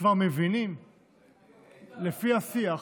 כבר מבינים לפי השיח,